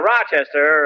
Rochester